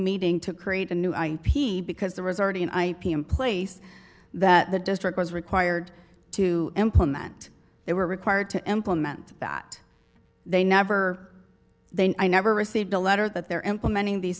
meeting to create a new ip because there was already an ip in place that the district was required to implement they were required to implement that they never they never received a letter that they're implementing these